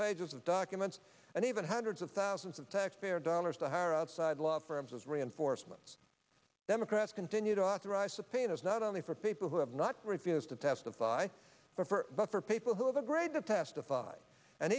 pages of documents and even hundreds of thousands of taxpayer dollars to hire outside law firms as reinforcements democrats continue to authorize subpoenas not only for people who have not refused to testify but for people who have a grade to testify and